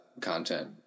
content